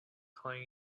calling